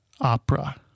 opera